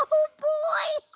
boy.